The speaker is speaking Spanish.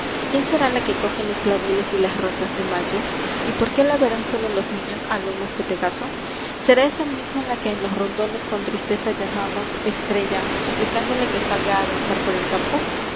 quién será la que coge los claveles y las rosas de mayo y por qué la verán sólo los niños a lomos de pegaso será esa misma la que en los rondones con tristeza llamamos estrella suplicándole que salga a danzar por el campo